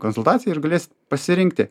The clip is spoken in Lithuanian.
konsultaciją ir galėsit pasirinkti